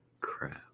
Crap